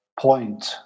point